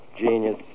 genius